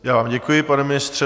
Já vám děkuji, pane ministře.